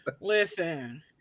listen